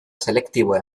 selektiboa